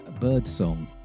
Birdsong